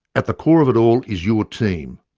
at the core of it all is your team,